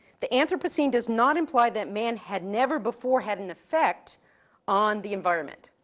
the anthropocene does not imply that man had never before had an effect on the environment.